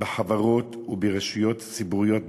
בחברות וברשויות ציבוריות בישראל.